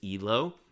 Elo